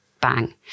Bang